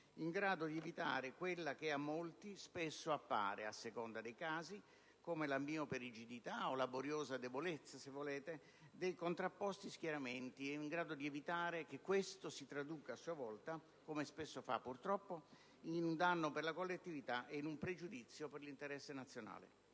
in grado di evitare quella che a molti spesso appare, a seconda dei casi, come la miope rigidità o, se volete, la boriosa debolezza dei contrapposti schieramenti, e in grado di evitare che questo si traduca a sua volta, come spesso purtroppo accade, in un danno per la collettività e in un pregiudizio per l'interesse nazionale.